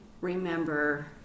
remember